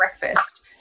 breakfast